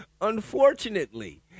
unfortunately